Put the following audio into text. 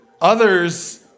Others